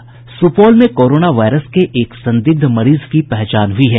सुपौल में corona virus के एक संदिग्ध मरीज की पहचान हुई है